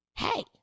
Hey